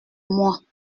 mois